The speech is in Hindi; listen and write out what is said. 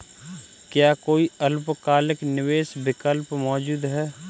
क्या कोई अल्पकालिक निवेश विकल्प मौजूद है?